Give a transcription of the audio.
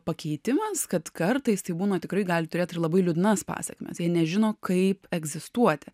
pakeitimas kad kartais tai būna tikrai gali turėt labai liūdnas pasekmes jie nežino kaip egzistuoti